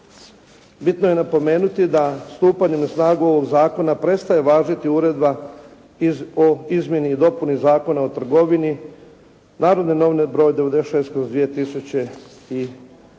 Bitno je napomenuti da stupanjem na snagu ovog zakona prestaje važiti uredba o izmjeni i dopuni Zakona o trgovini, "Narodne novine" br. 96/2008.